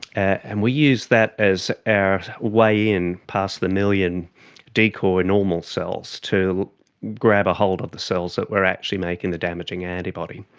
and we use that as our way in past the million decoy normal cells to grab a hold of the cells that were actually making the damaging antibody.